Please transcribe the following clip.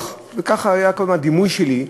וכך היה כל הזמן הדימוי שלי,